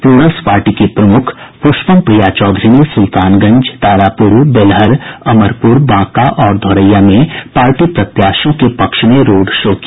Plurals party की प्रमुख प्रष्पम प्रिया चौधरी ने सुल्तानगंज तारापुर बेलहर अमरपुर बांका और धोरैया में पार्टी प्रत्याशियों के पक्ष में रोड शो किया